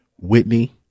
Whitney